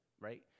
right